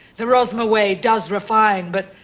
the rosmer way does refine, but,